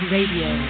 Radio